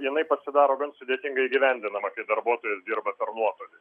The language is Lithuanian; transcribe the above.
jinai pasidaro gan sudėtingai įgyvendinama kai darbuotojas dirba per nuotolį